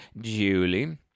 Julie